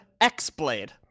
X-Blade